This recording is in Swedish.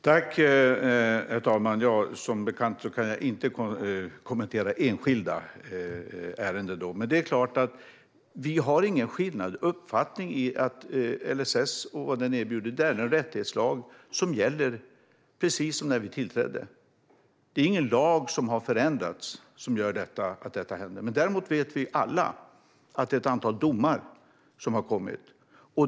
Herr talman! Som bekant kan jag inte kommentera enskilda ärenden. Men det är klart att vi inte har några skilda uppfattningar om LSS och vad den erbjuder. Det är en rättighetslag som gäller precis som när vi tillträdde. Det är ingen lag som har förändrats som gör att detta händer. Däremot vet vi alla att det finns ett antal domar som har kommit.